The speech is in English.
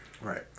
Right